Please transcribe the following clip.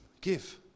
give